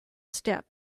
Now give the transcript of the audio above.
step